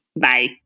Bye